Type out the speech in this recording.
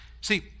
See